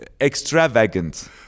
extravagant